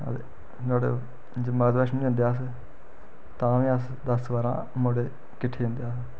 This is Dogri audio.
नुआढ़े नुआढ़े जे माता वैश्नो जंदे अस तां बी अस दस बारां मुड़े किट्ठे जंदे अस